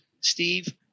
steve